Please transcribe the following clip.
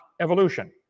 evolution